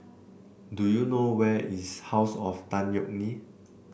do you know where is house of Tan Yeok Nee